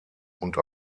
und